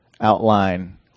outline